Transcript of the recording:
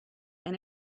and